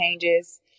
changes